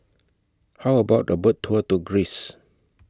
How about A Boat Tour to Greece